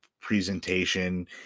presentation